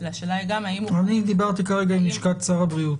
אלא השאלה היא גם האם --- אני דיברתי כרגע עם לשכת שר הבריאות,